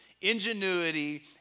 ingenuity